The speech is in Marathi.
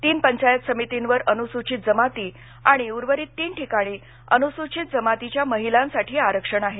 तीन पंचायत समितींवर अनुसुघीत जमाती आणि उर्वरीत तीन ठिकाणी अनुसूचीत जमातीच्या महिलांसाठी आरक्षण आहे